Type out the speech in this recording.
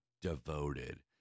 devoted